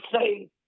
say